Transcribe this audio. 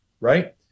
right